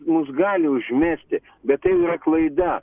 mus gali užmesti bet tai yra klaida